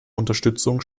unterstützung